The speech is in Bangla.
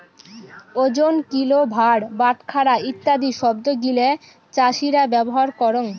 ওজন, কিলো, ভার, বাটখারা ইত্যাদি শব্দ গিলা চাষীরা ব্যবহার করঙ